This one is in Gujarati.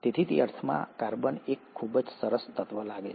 તેથી તે અર્થમાં કાર્બન એક ખૂબ જ સરસ તત્વ લાગે છે